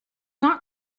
not